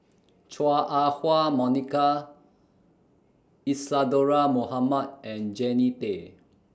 Chua Ah Hua Monica Isadhora Mohamed and Jannie Tay